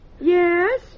Yes